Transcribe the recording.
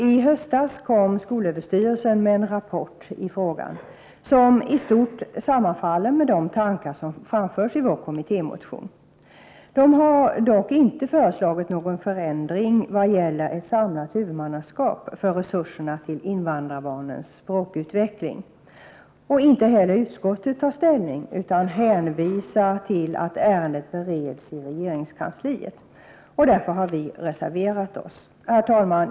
I höstas kom skolöverstyrelsen med en rapport i frågan som i stort sammanfaller med de tankar som framförs i vår kommittémotion. SÖ har dock inte föreslagit någon förändring vad gäller ett samlat huvudmannaskap för resurserna till invandrarbarnens språkutveckling. Inte heller utskottet tar ställning, utan hänvisar till att ärendet bereds i regeringskansliet, och därför har vi i folkpartiet reserverat oss. Herr talman!